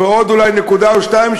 ועוד אולי נקודה או שתיים,